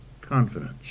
confidence